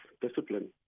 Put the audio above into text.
discipline